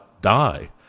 die